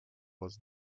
was